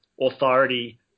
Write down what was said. authority